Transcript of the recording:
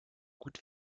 gut